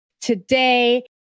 today